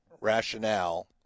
rationale